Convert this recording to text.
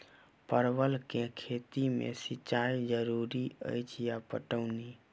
परवल केँ खेती मे सिंचाई जरूरी अछि या पटौनी?